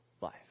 life